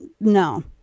no